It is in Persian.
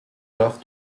رفت